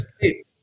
hey